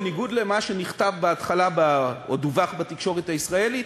בניגוד למה שנכתב בהתחלה או דווח בתקשורת הישראלית,